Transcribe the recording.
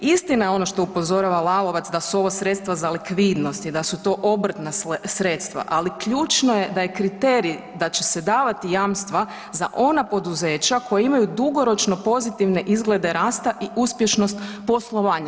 Istina je ono što upozorava Lalovac da su ovo sredstva za likvidnost i da su to obrtna sredstva, ali ključno je da je kriterij da će se davati jamstva za ona poduzeća koja imaju dugoročno pozitivne izglede rasta i uspješnost poslovanja.